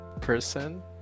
person